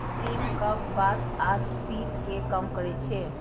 सिम कफ, बात आ पित्त कें कम करै छै